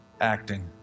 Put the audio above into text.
acting